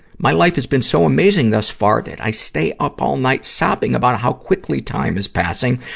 my life has been so amazing thus far, that i stay up all night, sobbing about how quickly time is passing,